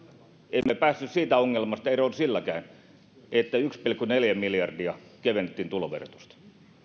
emme päässeet siitä ongelmasta eroon silläkään että yksi pilkku neljä miljardia kevennettiin tuloverotusta